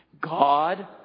God